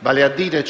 Vale a dire